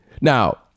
Now